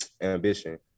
Ambition